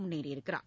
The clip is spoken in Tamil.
முன்னேறியுள்ளார்